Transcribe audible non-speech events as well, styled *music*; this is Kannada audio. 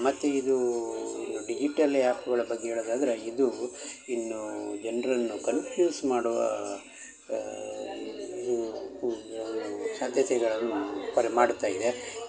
ಮತ್ತು ಇದೂ ಡಿಜಿಟಲ್ ಆ್ಯಪ್ಗಳ ಬಗ್ಗೆ ಹೇಳೋದಾದ್ರೆ ಇದೂ ಇನ್ನೂ ಜನರನ್ನು ಕನ್ಪ್ಯೂಸ್ ಮಾಡುವಾ ಇದು ಯಾವ್ಯಾವ ಸಾಧ್ಯತೆಗಳನ್ನು *unintelligible* ಮಾಡುತ್ತಾ ಇದೆ